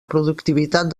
productivitat